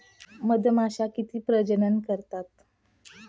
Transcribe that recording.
मधमाश्या कधी प्रजनन करतात?